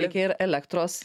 reikia ir elektros